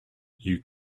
you